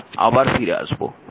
আমরা আবার ফিরে আসব